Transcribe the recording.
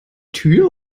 tür